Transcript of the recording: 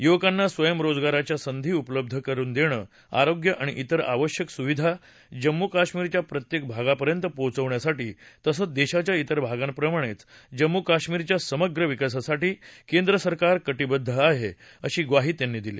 युवकांना स्वयंरोजगाराच्या संधी उपलब्ध करून देणं आरोग्य आणि तिर आवश्यक सुविधा जम्मू कश्मीरच्या प्रत्येक भागापर्यंत पोचवण्यासाठी तसंच देशाच्या तिर भागांप्रमाणेच जम्मू कश्मीरच्या समग्र विकासासाठी केंद्र सरकार कर्षिबेद्ध आहे अशी ग्वाही त्यांनी दिली